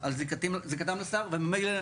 על זיקתם לשר וממילא